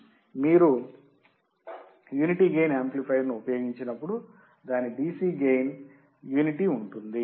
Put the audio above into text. కానీ మీరు unity gain యాంప్లిఫయర్ను ఉపయోగించినప్పుడు దాని DC గెయిన్ యూనిటీ ఉంటుంది